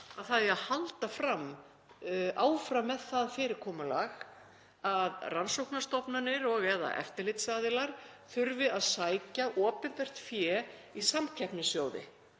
að halda fram áfram með það fyrirkomulag að rannsóknastofnanir og/eða eftirlitsaðilar þurfi að sækja opinbert fé í samkeppnissjóði